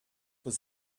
was